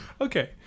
Okay